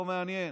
לא מעניין.